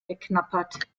geknabbert